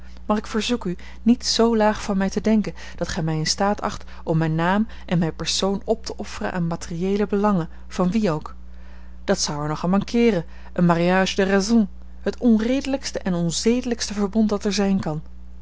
maar ik verzoek u niet zoo laag van mij te denken dat gij mij in staat acht om mijn naam en mijn persoon op te offeren aan materiëele belangen van wien ook dat zou er nog aan mankeeren een mariage de raison het onredelijkste en onzedelijkste verbond dat er zijn kan